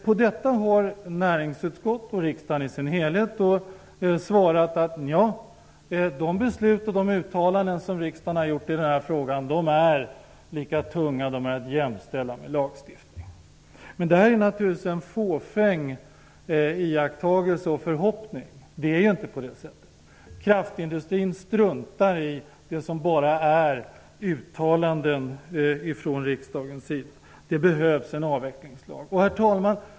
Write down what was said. På detta har näringsutskottet och riksdagen i sin helhet svarat att de beslut och de uttalanden som riksdagen har gjort i denna fråga är lika tunga som lagstiftning och att jämställa med denna. Det är naturligtvis en fåfäng iakttagelse och förhoppning. Det är ju inte på det sättet. Kraftindustrin struntar i det som bara är uttalanden från riksdagens sida. Det behövs en avvecklingslag. Herr talman!